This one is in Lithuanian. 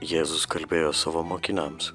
jėzus kalbėjo savo mokiniams